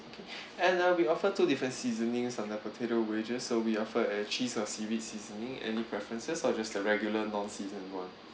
and uh we offer two different seasonings on the potato wedges so we offer a cheese or seaweed seasoning any preferences or just the regular non season one